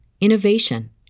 innovation